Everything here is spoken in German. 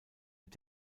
mit